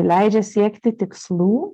leidžia siekti tikslų